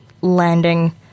landing